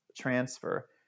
transfer